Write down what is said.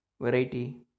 variety